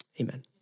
Amen